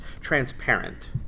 transparent